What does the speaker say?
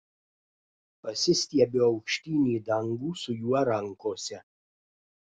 pasistiebiu aukštyn į dangų su juo rankose